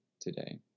today